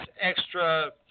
extra